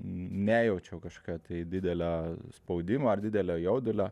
nejaučiau kažkokio tai didelio spaudimo ar didelio jaudulio